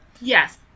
Yes